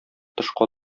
тышка